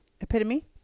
epitome